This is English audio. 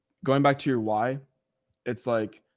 going back to your why it's like,